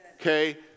Okay